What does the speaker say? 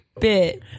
Bit